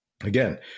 again